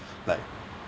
like